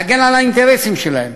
להגן על האינטרסים שלהם,